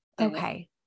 okay